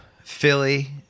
Philly